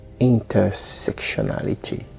intersectionality